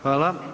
Hvala.